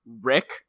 Rick